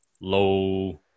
low